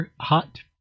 hot